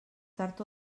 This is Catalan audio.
tard